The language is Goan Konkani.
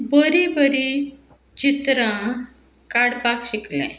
बरीं बरीं चित्रां काडपाक शिकलें